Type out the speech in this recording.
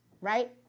right